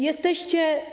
Jesteście.